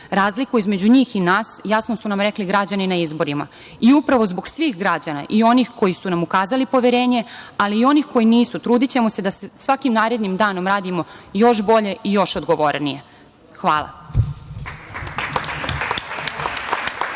Razliku između njih i nas jasno su nam rekli građani na izborima. I upravo zbog svih građana i onih koji su nam ukazali poverenje, ali i onih koji nisu trudićemo se da svakim narednim danom radimo još bolje i još odgovornije. Hvala.